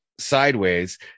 sideways